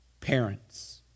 Parents